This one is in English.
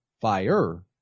fire